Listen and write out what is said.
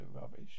rubbish